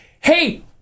hey